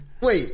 Wait